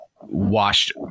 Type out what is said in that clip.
washed